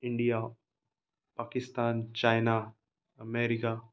India Pakistan China America